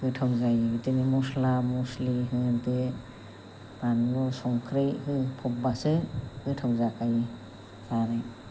गोथाव जायो बिदिनो मस्ला मस्लि होदो बानलु संख्रि होफ'बबासो गोथाव जाखायो जानो